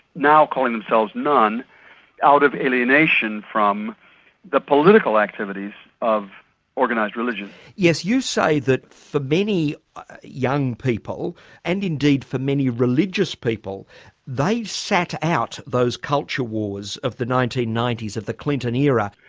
now calling themselves none out of alienation from the political activities of organised religion. yes, you say that for so many young people and indeed for many religious people they sat out those culture wars of the nineteen ninety s of the clinton era.